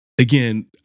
again